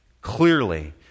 clearly